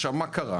עכשיו, מה קרה?